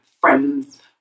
friends